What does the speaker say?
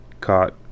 caught